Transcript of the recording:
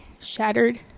shattered